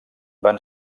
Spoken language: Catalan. van